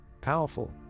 powerful